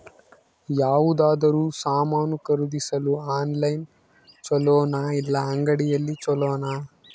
ಯಾವುದಾದರೂ ಸಾಮಾನು ಖರೇದಿಸಲು ಆನ್ಲೈನ್ ಛೊಲೊನಾ ಇಲ್ಲ ಅಂಗಡಿಯಲ್ಲಿ ಛೊಲೊನಾ?